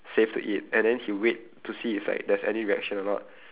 safe to eat and then he wait to see if like there's any reaction or not